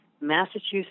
Massachusetts